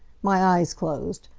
my eyes closed.